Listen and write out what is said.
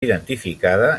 identificada